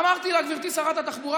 אמרתי לה: גברתי שרת התחבורה,